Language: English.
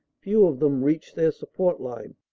few of them reached their support line.